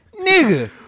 nigga